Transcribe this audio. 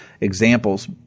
examples